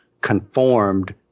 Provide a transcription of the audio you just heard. conformed